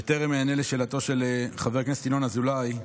בטרם אענה על שאלתו של חבר הכנסת ינון אזולאי,